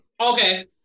okay